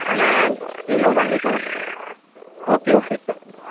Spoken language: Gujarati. અને એ લોકોને બી ખબર પડે ઓકે ઓકે સર